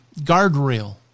guardrail